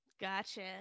Gotcha